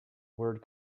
word